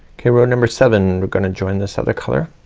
okay row number seven we're gonna join this other color.